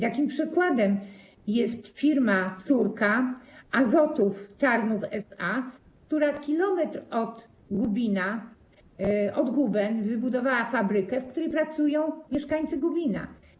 Takim przykładem jest firma córka Azotów Tarnów S.A., która kilometr od Guben wybudowała fabrykę, w której pracują mieszkańcy Gubina.